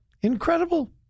incredible